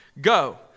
Go